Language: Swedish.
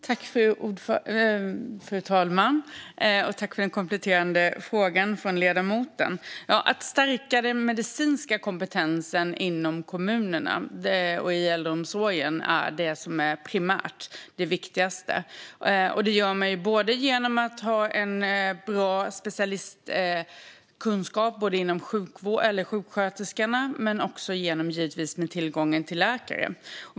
Fru talman! Jag tackar ledamoten för den kompletterande frågan. Att stärka den medicinska kompetensen i kommunerna och i äldreomsorgen är det viktigaste. Det gör man genom sjuksköterskor med specialistkunskaper men givetvis också genom tillgången till läkare.